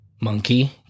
Monkey